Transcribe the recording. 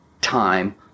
time